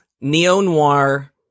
neo-noir